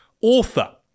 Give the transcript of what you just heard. author